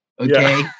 Okay